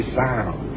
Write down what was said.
sound